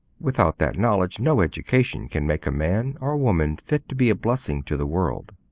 without that knowledge no education can make a man or woman fit to be a blessing to the world.